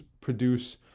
produce